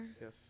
Yes